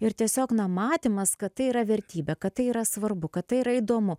ir tiesiog na matymas kad tai yra vertybė kad tai yra svarbu kad tai yra įdomu